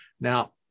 Now